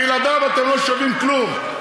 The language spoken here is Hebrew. בלעדיו אתם לא שווים כלום.